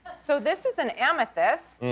so this is an amethyst.